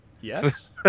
Yes